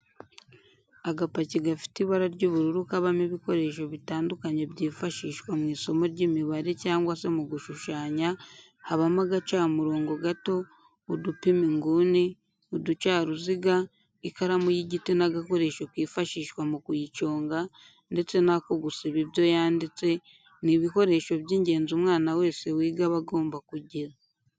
Agapaki gafite ibara ry'ubururu kabamo ibikoresho bitandukanye byifashishwa mu isomo ry'imibare cyangwa se mu gushushanya habamo agacamurongo gato, udupima inguni, uducaruziga, iikaramu y'igiti n'agakoresho kifashishwa mu kuyiconga ndetse n'ako gusiba ibyo yanditse, ni ibikoresho by'ingenzi umwana wese wiga aba agomba kugira.